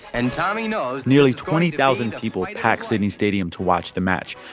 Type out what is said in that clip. and tommy knows. nearly twenty thousand people pack sydney stadium to watch the match.